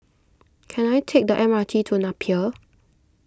can I take the M R T to Napier